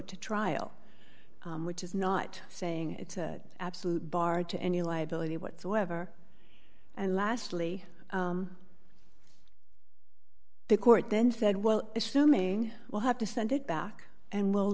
to trial which is not saying it's absolute bar to any liability whatsoever and lastly the court then said well assuming we'll have to send it back and we'll